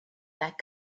that